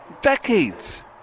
decades